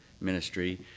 Ministry